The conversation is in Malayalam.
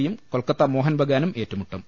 സി യും കൊൽക്കത്ത മോഹൻ ബഗാനും ഏറ്റുമുട്ടും